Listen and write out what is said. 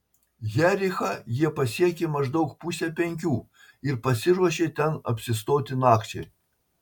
jerichą jie pasiekė maždaug pusę penkių ir pasiruošė ten apsistoti nakčiai